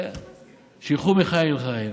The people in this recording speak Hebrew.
ושילכו מחיל לחיל.